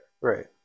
Right